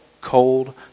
cold